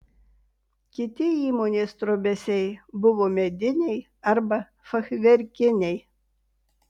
kiti įmonės trobesiai buvo mediniai arba fachverkiniai